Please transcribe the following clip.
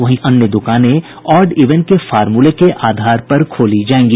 वहीं शेष दुकानें ऑड इवन के फार्मूले के आधार पर खोली जायेंगी